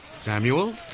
Samuel